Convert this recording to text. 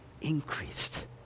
increased